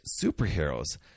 superheroes